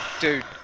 Dude